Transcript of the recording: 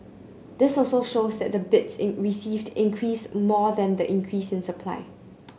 this also shows that the bids received increased more than the increase in supply